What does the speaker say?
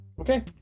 okay